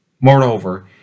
Moreover